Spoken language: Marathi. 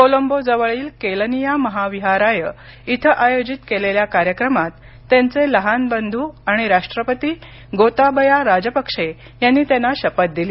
कोलंबो जवळील केलनिया महाविहाराय इथं आयोजित केलेल्या कार्यक्रमात त्यांचे लहान बंधू आणि राष्ट्रपती गोताबया राजपक्षे यांनी त्यांना शपथ दिली